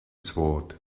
sword